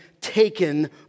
taken